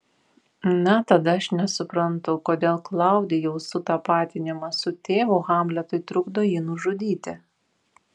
na tada aš nesuprantu kodėl klaudijaus sutapatinimas su tėvu hamletui trukdo jį nužudyti